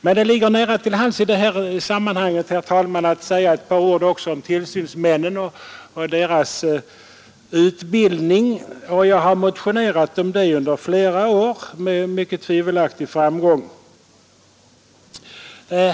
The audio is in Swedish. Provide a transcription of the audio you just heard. Det ligger nära till hands att i detta sammanhang också säga några ord om utbildningen av tillsynsmännen. Jag har under flera år motionerat i den frågan men med mycket tvivelaktig framgång.